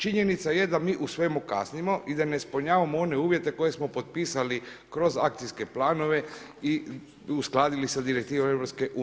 Činjenica je da mi u svemu kasnimo i da ne ispunjavamo one uvjete koje smo potpisali kroz akcijske planove i uskladili sa direktivama EU.